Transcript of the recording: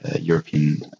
European